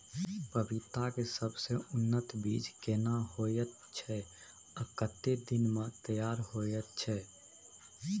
पपीता के सबसे उन्नत बीज केना होयत छै, आ कतेक दिन में तैयार होयत छै?